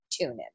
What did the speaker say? tune-in